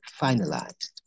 finalized